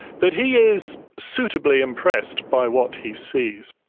but he is suitably impressed by what he sees.